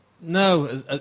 No